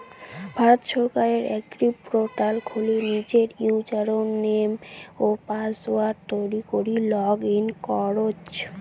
ভারত সরকারের এগ্রিপোর্টাল খুলি নিজের ইউজারনেম ও পাসওয়ার্ড তৈরী করি লগ ইন করচত